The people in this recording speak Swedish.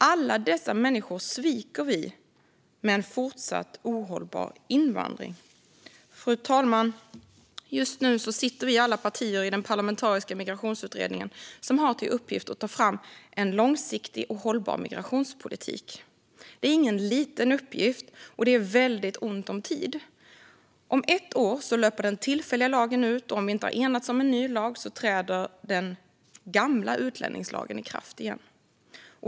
Alla dessa människor sviker vi med en fortsatt ohållbar invandring. Fru talman! Just nu sitter vi, alla partier, i den parlamentariska migrationsutredning som har till uppgift att ta fram en långsiktig och hållbar migrationspolitik. Det är ingen liten uppgift, och det är väldigt ont om tid. Om ett år löper den tillfälliga lagen ut, och om vi inte har enats om en ny lag träder den gamla utlänningslagen i kraft igen.